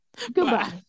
goodbye